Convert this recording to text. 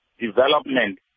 development